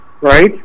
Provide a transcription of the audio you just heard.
right